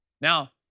Now